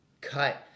cut